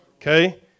Okay